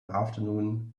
afternoon